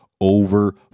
Over